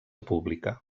pública